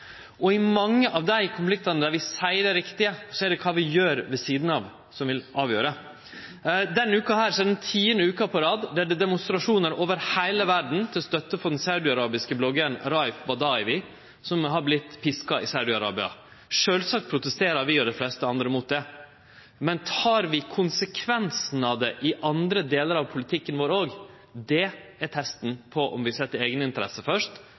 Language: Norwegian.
I mange av dei konfliktane der vi seier det riktige, er det det vi gjer ved sida av, som vil avgjere. Denne veka er det den tiande veka på rad det er demonstrasjonar over heile verda til støtte for den saudiarabiske bloggaren Raif Badawi, som har vorte piska i Saudi-Arabia. Sjølvsagt protesterer vi og dei fleste andre mot det. Men tek vi konsekvensen av det i andre delar av politikken vår? Det er testen på om vi set eigeninteressene først eller omsynet til dei som treng det mest, først.